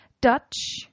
Dutch